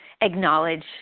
acknowledge